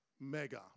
mega